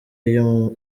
iyo